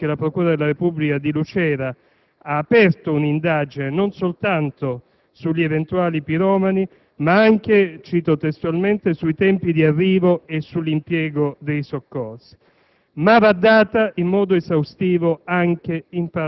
Dovrà essere data davanti all'autorità giudiziaria, se è vero che la procura della Repubblica di Lucera ha aperto un'indagine, non soltanto sugli eventuali piromani ma anche - cito testualmente - sui "tempi di arrivo e l'impiego dei soccorsi".